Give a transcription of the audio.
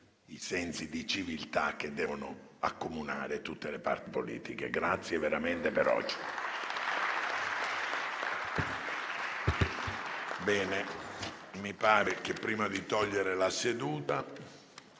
il senso di civiltà che deve accomunare tutte le parti politiche. Grazie veramente per oggi.